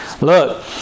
look